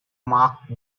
mark